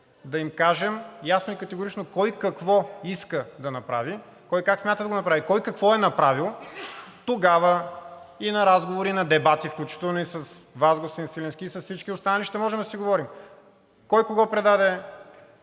да им кажем ясно и категорично кой какво иска да направи, кой как смята да го направи, кой какво е направил. Тогава и на разговори, и на дебати, включително и с Вас, господин Свиленски, и с всички останали ще можем да си говорим – кой кого предаде,